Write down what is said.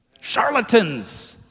charlatans